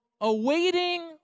awaiting